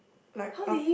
like a